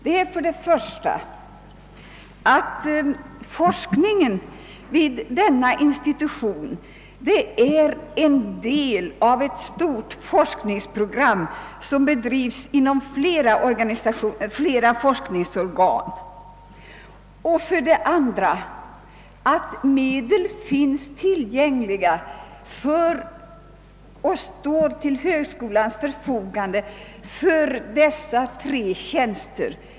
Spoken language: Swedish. För det första utgör forskningen vid denna institution en del av ett stort forskningsprogram som bedrives inom flera forskningsorgan. För det andra finns medlen tillgängliga, och de står till högskolans förfogande för dessa tre tjänster.